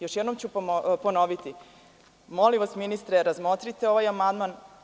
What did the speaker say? Još jednom ću ponoviti, ministre, molim vas, razmotrite ovaj amandman.